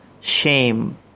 shame